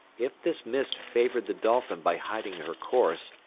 if this mist favoured the dolphin by hiding her course,